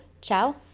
Ciao